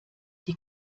die